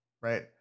right